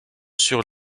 sur